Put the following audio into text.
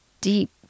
deep